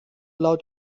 laut